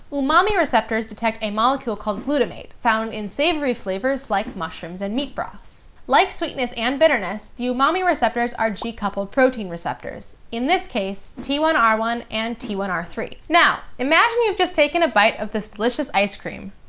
umami receptors detect a molecule called glutamate, found in savory flavors like mushrooms and meat broths. like sweetness and bitterness, the umami receptors are g-coupled protein receptors. in this case, t one r one and t one r three. now, imagine you've just taken a bite of this delicious ice cream.